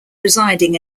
residing